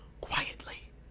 quietly